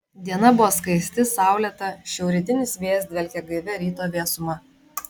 diena buvo skaisti saulėta šiaurrytinis vėjas dvelkė gaivia ryto vėsuma